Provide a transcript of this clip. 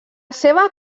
seva